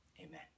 Amen